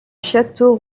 château